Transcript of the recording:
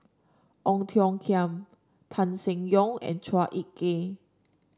Ong Tiong Khiam Tan Seng Yong and Chua Ek Kay